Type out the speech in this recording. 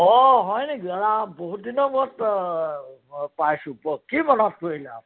অঁ হয় নেকি এৰা বহুত দিনৰ মূৰত পাইছোঁ কওক কি মনত পৰিলে আপোনাৰ